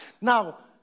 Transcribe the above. Now